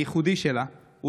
הייחודי שלה,